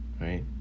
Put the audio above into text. Right